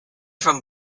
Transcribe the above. from